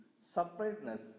Separateness